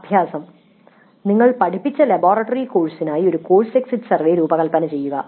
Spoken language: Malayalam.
അഭ്യാസം നിങ്ങൾ പഠിപ്പിച്ച ലബോറട്ടറി കോഴ്സിനായി ഒരു കോഴ്സ് എക്സിറ്റ് സർവേ രൂപകൽപ്പന ചെയ്യുക